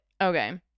Okay